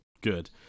Good